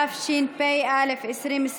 התשפ"א 2021,